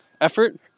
effort